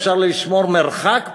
אפשר לשמור מרחק פה?